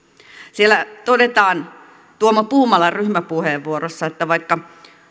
siellä todetaan tuomo puumalan ryhmäpuheenvuorossa vaikka